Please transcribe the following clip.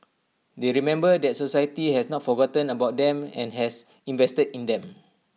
they remember that society has not forgotten about them and has invested in them